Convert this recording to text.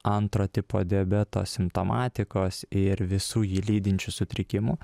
antro tipo diabeto simptomatikos ir visų jį lydinčių sutrikimų